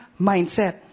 mindset